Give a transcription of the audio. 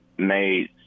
Made